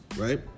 right